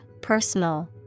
personal